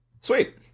sweet